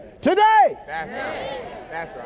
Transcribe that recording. today